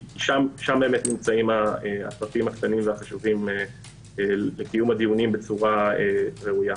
כי שם נמצאים הפרטים הקטנים והחשובים לקיום הדיונים בצורה ראויה.